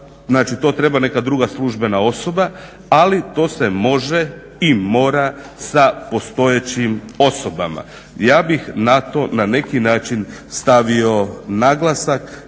znači to treba neka druga službena osoba, ali to se može i mora sa postojećim osobama. Ja bih na to na neki način stavio naglasak